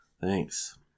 Thanks